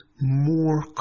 more